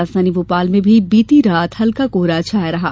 राजधानी भोपाल में भी बीती रात हल्का कोहरा छाया रहा